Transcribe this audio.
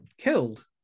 killed